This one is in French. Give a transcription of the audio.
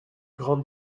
grande